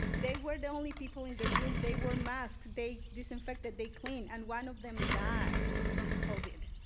they were the only people in the room. they were masked. they disinfected, they clean. and one of them died from covid.